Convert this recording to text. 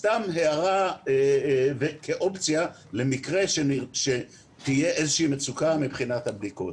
סתם הערה כאופציה למקרה שתהיה איזושהי מצוקה מבחינת הבדיקות.